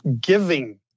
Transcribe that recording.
giving